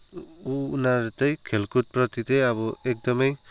उनीहरू चाहिँ खेलकुदप्रति चाहिँ अब एकदमै